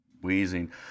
Wheezing